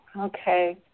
Okay